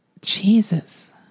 Jesus